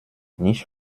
nicht